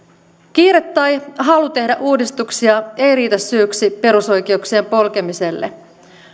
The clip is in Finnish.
kiire tai halu tehdä uudistuksia ei riitä syyksi perusoikeuksien polkemiselle